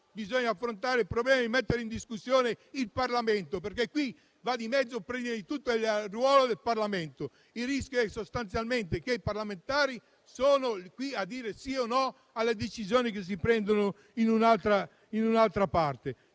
Bene, allora perché bisogna mettere in discussione il Parlamento? Qui ci va di mezzo prima di tutto il ruolo del Parlamento. Il rischio è sostanzialmente che i parlamentari stiano qui a dire sì o no alle decisioni che si prendono da un'altra parte.